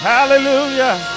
Hallelujah